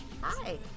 Hi